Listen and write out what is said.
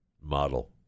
model